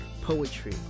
poetry